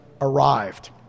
arrived